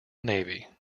navy